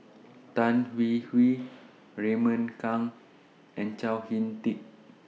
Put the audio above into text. Tan Hwee Hwee Raymond Kang and Chao Hick Tin